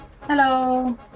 Hello